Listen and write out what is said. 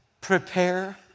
prepare